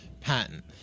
patent